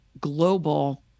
global